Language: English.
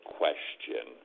question